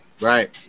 right